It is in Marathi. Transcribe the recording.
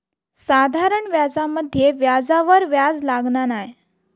साधारण व्याजामध्ये व्याजावर व्याज लागना नाय